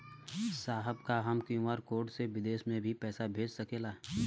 साहब का हम क्यू.आर कोड से बिदेश में भी पैसा भेज सकेला?